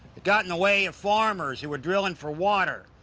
it got in the way of farmers who were drilling for water,